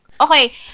Okay